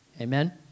Amen